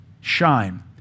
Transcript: shine